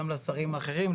גם לשרים האחרים,